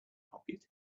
pocket